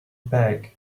back